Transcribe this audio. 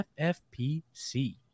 FFPC